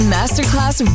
Masterclass